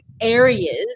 areas